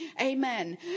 Amen